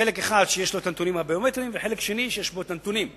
חלק אחד שיש לו הנתונים הביומטריים,